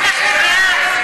מה קרה?